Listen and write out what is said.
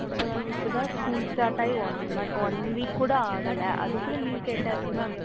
என்ன மேம் இப்போ தான் ஸ்கூல் ஸ்டார்ட் ஆயி ஒன் மந்த் ஒன் வீக் கூட ஆகலை அதுக்குள்ளே லீவ் கேட்டால் எப்படி மேம்